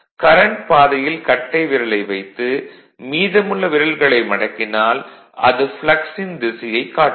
current பாதையில் கட்டை விரலை வைத்து மீதமுள்ள விரல்களை மடக்கினால் அது ப்ளக்ஸ் ன் திசையைக் காட்டும்